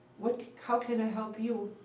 like how can i help you?